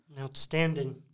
Outstanding